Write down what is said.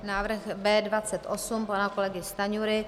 Návrh B28 pana kolegy Stanjury.